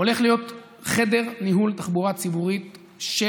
הולך להיות חדר ניהול תחבורה ציבורית של